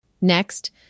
Next